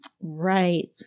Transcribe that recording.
Right